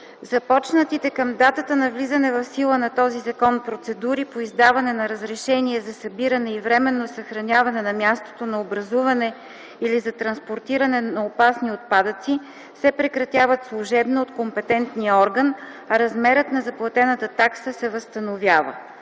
Започнатите към датата на влизане в сила на този закон процедури по издаване на разрешение за събиране и временно съхраняване на мястото на образуване или за транспортиране на опасни отпадъци се прекратяват служебно от компетентния орган, а размерът на заплатената такса се възстановява.